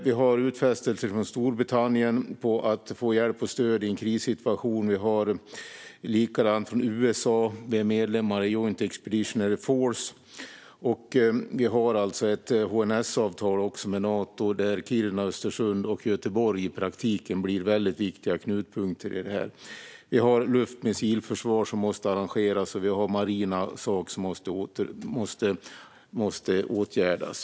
Vi har utfästelser från Storbritannien om hjälp och stöd i en krissituation, och samma sak från USA. Vi är medlemmar i Joint Expeditionary Force och har också ett HNS-avtal med Nato där Kiruna, Östersund och Göteborg i praktiken blir väldigt viktiga knutpunkter i detta. Vi har luftmissilförsvar som måste arrangeras och marina saker som måste åtgärdas.